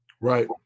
Right